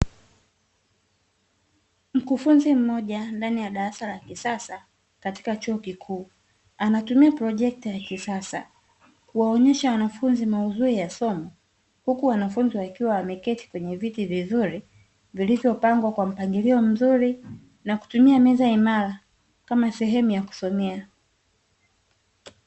Mkufunzi mmoja ndani ya darasa la kisasa katika chuo kikuu anatumia projekta ya kisasa kuwaonyesha wanafunzi maudhui ya somo huku wanafunzi wakiwa wameketi kwenye viti vizuri vilivyopangwa kwa mpangilio mzuri na kutumia meza imara kama sehemu ya kusomea.